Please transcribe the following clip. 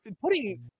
putting